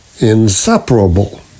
inseparable